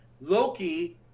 loki